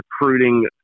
recruiting